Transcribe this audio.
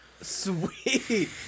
Sweet